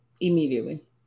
Immediately